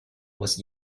was